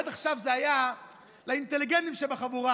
עד עכשיו זה היה לאינטליגנטים שבחבורה.